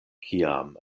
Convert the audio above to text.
kiam